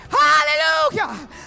Hallelujah